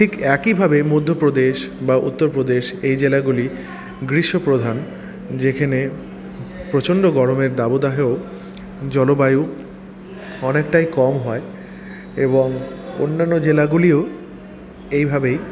ঠিক একইভাবে মধ্যপ্রদেশ বা উত্তরপ্রদেশ এই জেলাগুলি গ্রীষ্মপ্রধান যেখানে প্রচণ্ড গরমের দাবদাহেও জলবায়ু অনেকটাই কম হয় এবং অন্যান্য জেলাগুলিও এইভাবেই